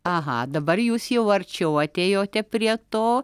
aha dabar jūs jau arčiau atėjote prie to